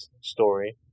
story